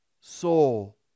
soul